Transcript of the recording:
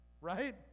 Right